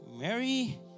Mary